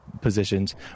positions